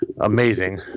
amazing